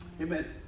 Amen